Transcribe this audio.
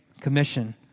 Commission